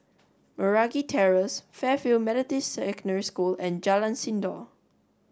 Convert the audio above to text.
Meragi Terrace Fairfield Methodist Secondary School and Jalan Sindor